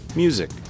music